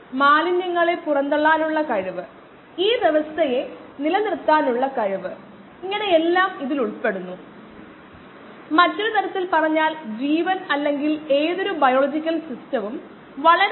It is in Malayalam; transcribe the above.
ഓരോ ബയോ റിയാക്ടറും 3 അടിസ്ഥാന മോഡുകളിൽ പ്രവർത്തിപ്പിക്കാൻ കഴിയുന്ന ഏതെങ്കിലും ബയോ റിയാക്റ്റർ അല്ലെങ്കിൽ നിരവധി ബയോ റിയാക്ടറുകൾ ഉണ്ടെന്ന് നമ്മൾ പറഞ്ഞു